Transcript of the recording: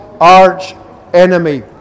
arch-enemy